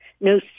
No